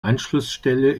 anschlussstelle